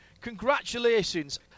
congratulations